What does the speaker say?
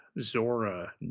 Zora